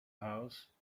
house